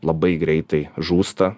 labai greitai žūsta